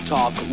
Talk